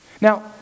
Now